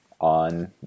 on